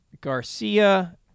Garcia